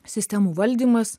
sistemų valdymas